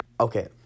Okay